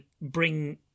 bring